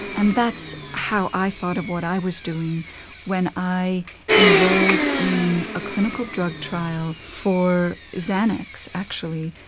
and that's how i thought of what i was doing when i enrolled in a clinical drug trial for xanax actually,